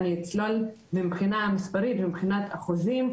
ואני אצלול מבחינה מספרית ומבחינת אחוזים,